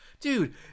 Dude